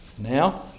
Now